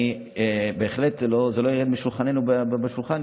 וזה בהחלט לא ירד משולחננו במשרד,